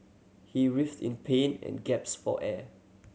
he writhed in pain and gaps for air